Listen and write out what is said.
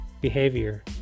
behavior